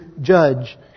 judge